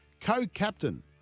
co-captain